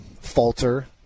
falter